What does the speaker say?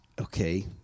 Okay